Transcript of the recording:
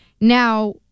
Now